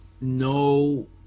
no